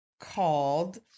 called